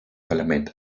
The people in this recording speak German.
parlament